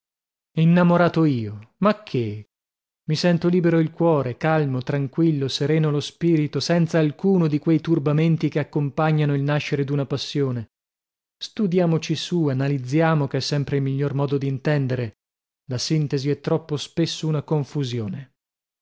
innamorato io ma che mi sento libero il cuore calmo tranquillo sereno lo spirito senza alcuno di quei turbamenti che accompagnano il nascere d'una passione studiamoci su analizziamo che è sempre il miglior modo d'intendere la sintesi è troppo spesso una confusione